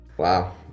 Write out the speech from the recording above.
Wow